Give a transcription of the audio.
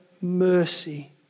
mercy